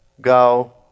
Go